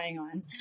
on